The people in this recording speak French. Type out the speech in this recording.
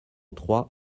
trois